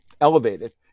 elevated